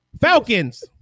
Falcons